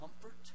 comfort